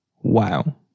Wow